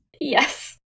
Yes